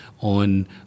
on